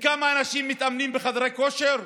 וכמה אנשים מתאמנים בחדרי כושר?